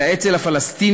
אלא אצל הפלסטינים,